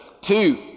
Two